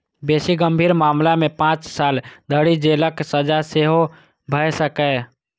बेसी गंभीर मामला मे पांच साल धरि जेलक सजा सेहो भए सकैए